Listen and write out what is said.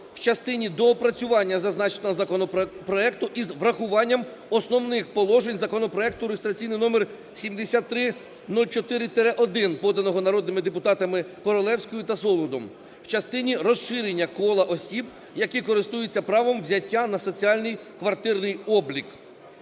у частині доопрацювання зазначеного законопроекту із врахуванням основних положень законопроекту реєстраційний номер 7304-1, поданого народними депутатами Королевською та Солодом, у частині розширення кола осіб, які користуються правом взяття на соціальний квартирний облік.